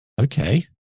okay